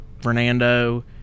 Fernando